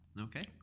okay